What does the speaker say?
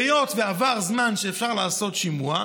והיות שעבר הזמן שאפשר לעשות שימוע,